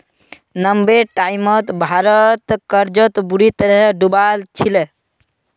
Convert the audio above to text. नब्बेर टाइमत भारत कर्जत बुरी तरह डूबाल छिले